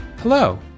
Hello